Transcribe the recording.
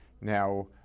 Now